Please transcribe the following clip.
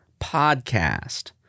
podcast